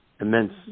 immense